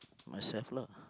myself lah